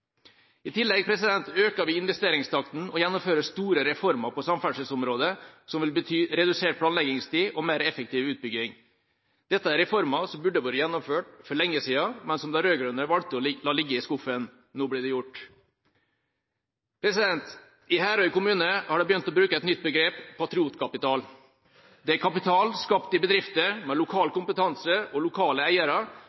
I tillegg øker vi investeringstakten og gjennomfører store reformer på samferdselsområdet, som vil bety redusert planleggingstid og mer effektiv utbygging. Dette er reformer som burde vært gjennomført for lenge siden, men som de rød-grønne valgte å la ligge i skuffen. Nå blir det gjort. I Herøy kommune har de begynt å bruke et nytt begrep: «patriotkapital». Det er kapital skapt i bedrifter med lokal